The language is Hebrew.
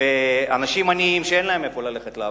באנשים עניים שאין להם איפה לעבוד,